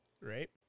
Right